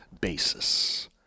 basis